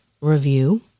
review